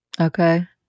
Okay